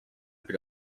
bir